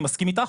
אני מסכים איתך,